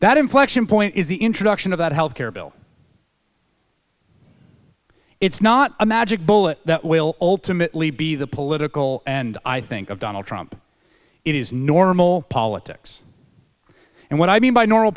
that inflection point is the introduction of that health care bill it's not a magic bullet that will ultimately be the political and i think of donald trump it is normal politics and what i mean by normal